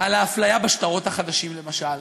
על האפליה בשטרות החדשים, למשל?